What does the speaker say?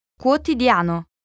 Quotidiano